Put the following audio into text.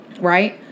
right